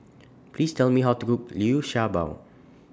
Please Tell Me How to Cook Liu Sha Bao